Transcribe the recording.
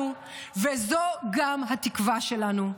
זו האחריות שלנו, וזו גם התקווה שלנו.